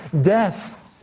death